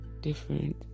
different